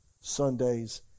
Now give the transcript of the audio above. Sundays